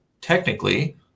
technically